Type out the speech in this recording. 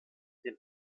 den